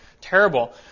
terrible